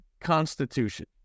constitution